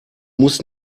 muss